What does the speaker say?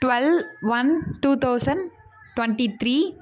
twelve one two thousand twenty three